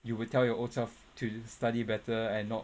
you will tell your own self to study better and not